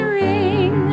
ring